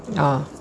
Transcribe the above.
ah